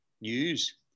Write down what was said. news